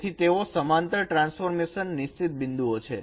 તેથી તેઓ સમાંતર ટ્રાન્સફોર્મેશન નિશ્ચિત બિંદુઓ છે